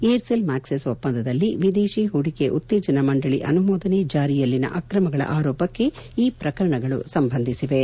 air cell Maxis ಒಪ್ಪಂದದಲ್ಲಿ ವಿದೇತೀ ಹೂಡಿಕೆ ಉತ್ತೇಜನ ಮಂಡಳಿ ಅನುಮೋದನೆಯ ಜಾರಿಯಲ್ಲಿನ ಅಕ್ರಮಗಳ ಆರೋಪಕ್ಕೆ ಈ ಪ್ರಕರಣಗಳು ಸಂಬಂಧಿಸಿವೆ